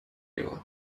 его